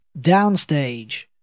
Downstage